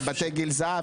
זה בתי גיל זהב,